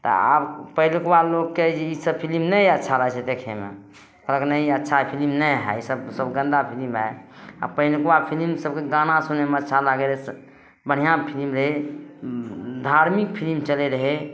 तऽ आब पहिलुकबा लोगके ई सब फिलिम नहि अच्छा लागैत छै देखैमे कहलक नहि ई अच्छा फिलिम नहि हइ ई सब गन्दा फिलिम हइ आ पहिलुकबा फिलिम सब कऽ गाना सुनैमे अच्छा लागै रहै बढ़िआँ फिलिम रहै धार्मिक फिलिम चलै रहै